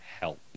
help